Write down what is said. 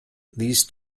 these